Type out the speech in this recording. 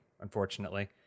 unfortunately